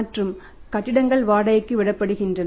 மற்றும் கட்டிடங்கள் வாடகைக்கு விடப்படுகின்றன